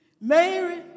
Mary